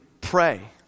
pray